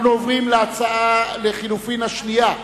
אנחנו עוברים להצעה לחלופין השנייה,